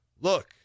look